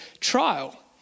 trial